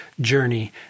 journey